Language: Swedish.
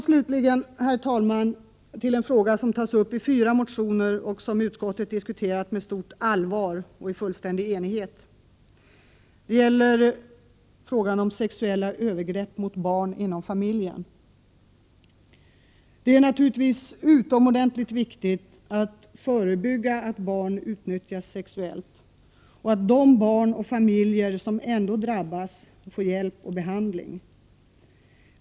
Slutligen, herr talman, till en fråga som tas upp i fyra motioner och som utskottet diskuterat med stort allvar och i fullständig enighet, nämligen frågan om sexuella övergrepp mot barn inom familjen. Det är naturligtvis utomordentligt viktigt att förebygga att barn utnyttjas sexuellt och att de barn och familjer som ändå drabbas får hjälp och behandling.